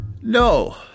No